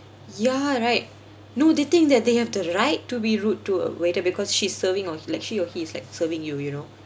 ya right no they think that they have the right to be rude to a waiter because she's serving or like she or he is like serving you you know